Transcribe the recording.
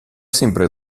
sempre